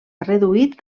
reduït